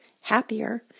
happier